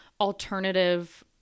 alternative